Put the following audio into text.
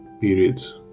periods